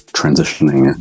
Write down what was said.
transitioning